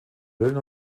willen